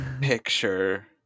picture